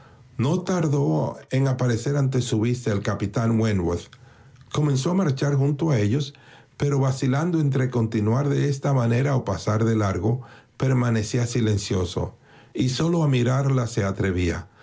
no f tardó en aparecer ante su vista el capitán went worth comenzó a marchar junto a ellos pero vaf citando entre continuar de esta manera o pasar l de largo permanecía silencioso y sólo a mirarla se atrevía